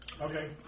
Okay